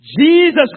Jesus